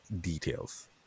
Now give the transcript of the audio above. details